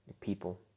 People